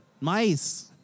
Mice